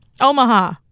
Omaha